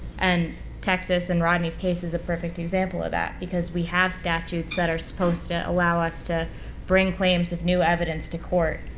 and texas and rodney's case is a perfect example of that because we have statutes that are supposed to allow us to bring claims of new evidence to court.